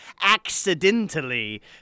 accidentally